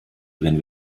wenn